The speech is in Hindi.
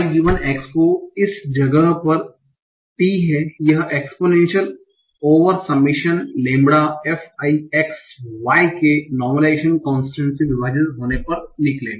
x जो इस जगह पर t है यह exponential over summation lambda f i x y के नार्मलाइजेशन कोंस्टंट से विभाजित होने पर निकलेगा